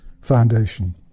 Foundation